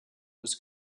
was